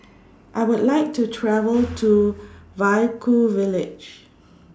I Would like to travel to Vaiaku Village